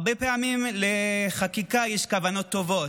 הרבה פעמים לחקיקה יש כוונות טובות,